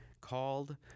called